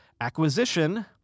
acquisition